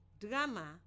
drama